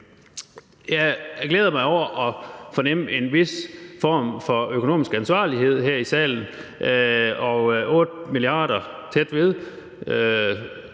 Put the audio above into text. Jeg glæder mig over at kunne fornemme en vis form for økonomisk ansvarlighed her i salen. Tæt ved